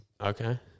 Okay